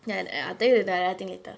ya I tell you later the other thing later